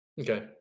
okay